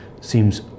seems